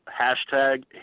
hashtag